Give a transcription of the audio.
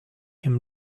him